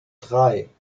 drei